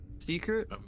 Secret